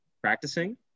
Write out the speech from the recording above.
practicing